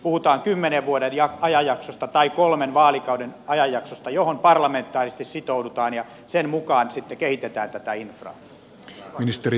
puhutaan kymmenen vuoden tai kolmen vaalikauden ajanjaksosta johon parlamentaarisesti sitoudutaan ja sen mukaan sitten kehitetään tätä infraa